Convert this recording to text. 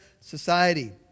society